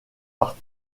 par